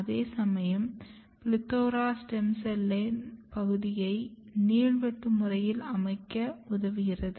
அதேசமயம் PLETHORA stem செல்லின் பகுதியை நீள்வெட்டு முறையில் அமைக்க உதவுகிறது